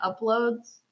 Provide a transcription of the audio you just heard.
Uploads